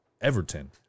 everton